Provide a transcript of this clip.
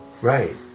Right